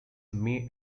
may